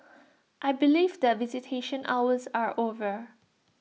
I believe that visitation hours are over